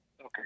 Okay